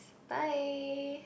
bye